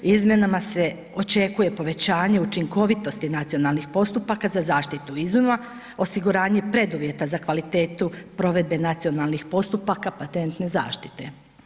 Izmjenama se očekuje povećanje učinkovitosti nacionalnih postupaka za zaštitu izuma, osiguranje preduvjeta za kvalitetu provedbe nacionalnih postupaka patentne zaštite.